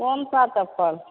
कोनसा चप्पल